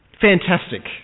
Fantastic